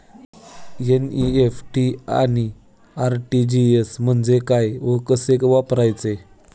NEFT आणि RTGS म्हणजे काय व कसे वापरायचे?